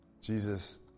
Jesus